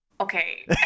Okay